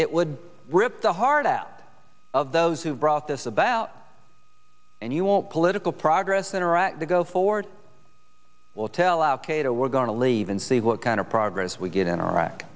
it would rip the heart out of those who brought this about and you won't political progress in iraq to go forward will tell our kate a we're going to leave and see what kind of progress we get in iraq